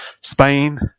spain